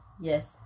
Yes